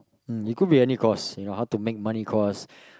um it could be any course you know how to make money course